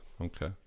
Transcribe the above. Okay